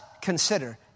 consider